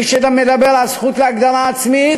מי שמדבר על זכות להגדרה עצמית,